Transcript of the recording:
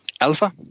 Alpha